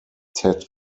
ted